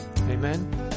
Amen